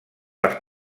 les